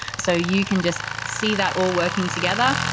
so you can just see that all working together.